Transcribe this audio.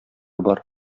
бар